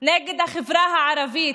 נגד החברה הערבית,